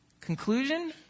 Conclusion